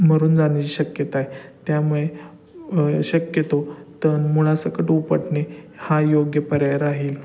मरून जाण्याची शक्यता आहे त्यामुळे शक्यतो तण मुळासकट उपटणे हा योग्य पर्याय राहील